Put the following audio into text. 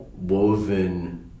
woven